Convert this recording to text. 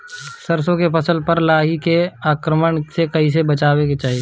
सरसो के फसल पर लाही के आक्रमण से कईसे बचावे के चाही?